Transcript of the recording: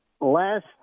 Last